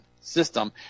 system